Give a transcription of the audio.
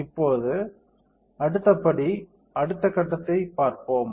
இப்போது அடுத்த படி அடுத்த கட்டத்தை பார்ப்போம்